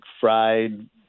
fried